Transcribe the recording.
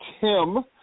Tim